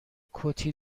کتی